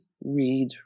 read